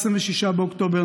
26 באוקטובר,